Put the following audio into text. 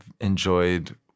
enjoyed